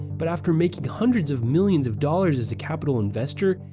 but after making hundreds of millions of dollars as a capital investor,